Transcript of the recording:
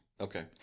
Okay